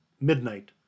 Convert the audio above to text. midnight